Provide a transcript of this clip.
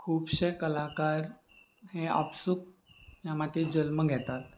खुबशे कलाकार हे आपसूक ह्या मातयेंत जल्म घेतात